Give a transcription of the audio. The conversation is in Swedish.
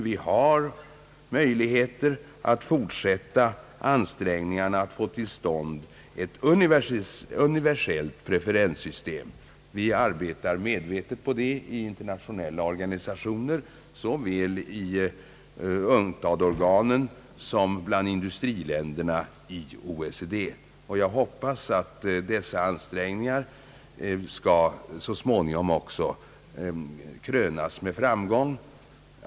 Vi har möjligheter att fortsätta ansträngningarna att få till stånd ett universellt preferenssystem. Vi arbetar medvetet på detta i internationella organisationer, såväl i UNCTAD-organen som bland industriländerna i OECD. Jag hoppas att dessa ansträngningar så småningom också skall krönas med framgång.